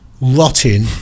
rotting